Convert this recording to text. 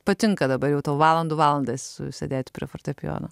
patinka dabar jau tau valandų valandas sėdėti prie fortepijono